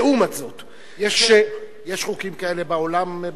לעומת זאת, יש חוקים כאלה בעולם?